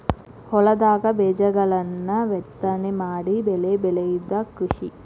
ಹೊಲದಾಗ ಬೇಜಗಳನ್ನ ಬಿತ್ತನೆ ಮಾಡಿ ಬೆಳಿ ಬೆಳಿಯುದ ಕೃಷಿ